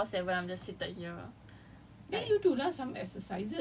is oh my god I feel like I'm just my whole twenty four seven I'm just seated here